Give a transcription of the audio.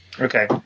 Okay